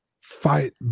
fight